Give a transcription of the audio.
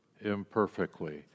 imperfectly